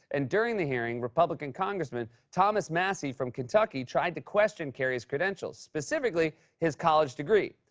and during the hearing, republican congressman thomas massie from kentucky tried to question kerry's credentials, specifically his college degree.